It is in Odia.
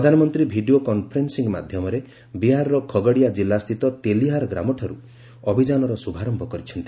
ପ୍ରଧାନମନ୍ତ୍ରୀ ଭିଡ଼ିଓ କନ୍ଫରେନ୍ନିଂ ମାଧ୍ୟମରେ ବିହାରର ଖଗଡିଆ ଜିଲ୍ଲାସ୍ଥିତ ତେଲିହାର ଗ୍ରାମଠାରୁ ଅଭିଯାନର ଶୁଭାରମ୍ଭ କରିଛନ୍ତି